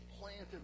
planted